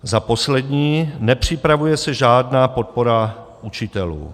Za poslední, nepřipravuje se žádná podpora učitelů.